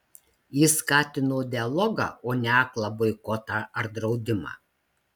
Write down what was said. jis skatino dialogą o ne aklą boikotą ar draudimą